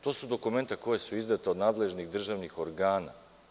To su dokumenta koja su izdata od nadležnih državnih organa.